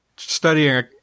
studying